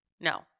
No